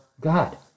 God